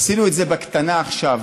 עשינו את זה בקטנה עכשיו,